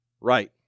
right